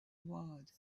ward